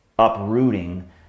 uprooting